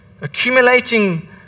accumulating